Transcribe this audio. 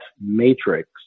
matrix